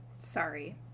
Sorry